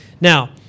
Now